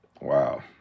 Wow